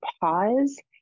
pause